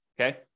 okay